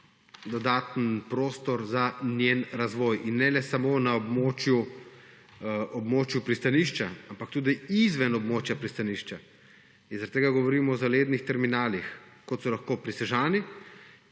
dodaten prostor za njen razvoj. In ne le samo na območju pristanišča, ampak tudi izven območja pristanišča. Zaradi tega govorimo o zalednih terminalih, kot so lahko pri Sežani.